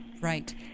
Right